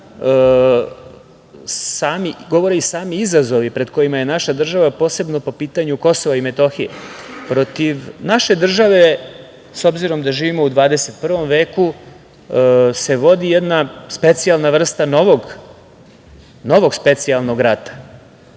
važna, govore i sami izazovi pred kojima je naša država, posebno po pitanju KiM. Protiv naše države, s obzirom da živimo u 21. veku, vodi se jedna specijalna vrsta novog specijalnog rata.